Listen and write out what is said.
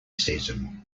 season